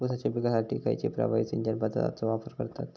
ऊसाच्या पिकासाठी खैयची प्रभावी सिंचन पद्धताचो वापर करतत?